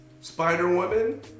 Spider-Woman